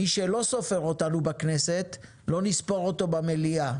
מי שלא סופר אותנו בכנסת, לא נספור אותו במליאה.